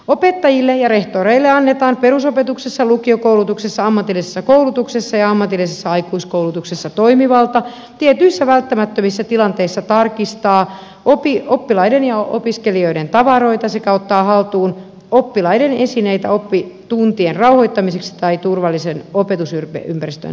opettajille ja rehtoreille annetaan perusopetuksessa lukiokoulutuksessa ammatillisessa koulutuksessa ja ammatillisessa aikuiskoulutuksessa toimivalta tietyissä välttämättömissä tilanteissa tarkistaa oppilaiden ja opiskelijoiden tavaroita sekä ottaa haltuun oppilaiden esineitä oppituntien rauhoittamiseksi tai turvallisen opetusympäristön takaamiseksi